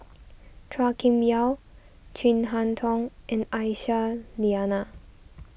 Chua Kim Yeow Chin Harn Tong and Aisyah Lyana